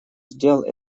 сделал